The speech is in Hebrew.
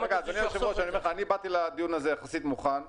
אדוני היושב-ראש, באתי לדיון הזה מוכן יחסית.